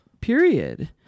period